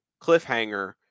cliffhanger